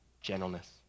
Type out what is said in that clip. gentleness